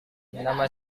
nama